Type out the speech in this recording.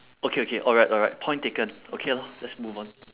okay okay alright alright point taken okay lor let's move on